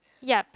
yup